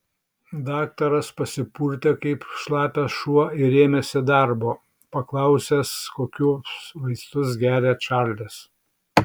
daktaras pasipurtė kaip šlapias šuo ir ėmėsi darbo paklausęs kokius vaistus geria čarlis